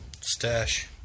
stash